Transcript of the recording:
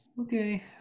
okay